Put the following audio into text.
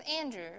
Andrew